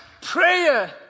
prayer